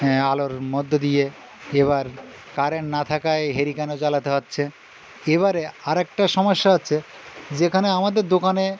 আলোর মধ্য দিয়ে এবার কারেন্ট না থাকায় হ্যারিকেন চালাতে হচ্ছে এবারে আরেকটা সমস্যা হচ্ছে যেখানে আমাদের দোকানে